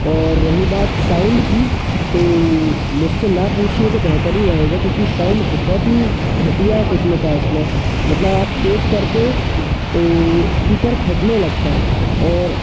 और रही बात साउंड की तो मुझसे ना पूछिए तो बेहतर ही रहेगा क्योंकि साउंड बहुत ही घटिया किस्म का है इसमें मतलब आप तेज करते हो तो स्पीकर फटने लगता है और